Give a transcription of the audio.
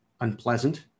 unpleasant